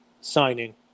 signing